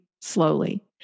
slowly